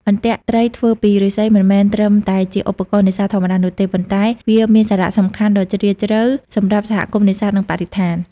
អន្ទាក់ត្រីធ្វើពីឫស្សីមិនមែនត្រឹមតែជាឧបករណ៍នេសាទធម្មតានោះទេ ប៉ុន្តែវាមានសារៈសំខាន់ដ៏ជ្រាលជ្រៅសម្រាប់សហគមន៍នេសាទ និងបរិស្ថាន។